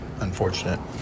unfortunate